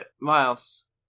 Miles